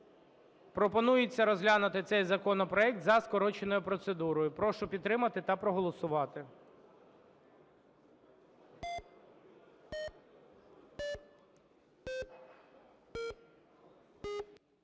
Пропонується розглянути цей законопроект за скороченою процедурою. Прошу підтримати та проголосувати.